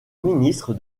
ministre